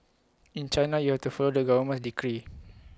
in China you have to follow government's decree